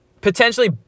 Potentially